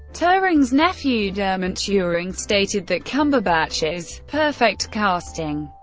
turing's nephew dermont turing stated that cumberbatch is perfect casting.